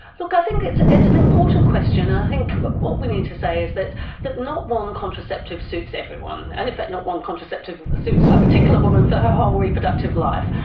look, i think it's it's an important question and i think what we need to say is that that not one contraceptive suits everyone and in fact not one contraceptive suits a particular woman for her whole reproductive life.